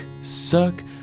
suck